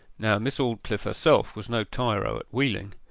now miss aldclyffe herself was no tyro at wheeling.